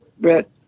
Brett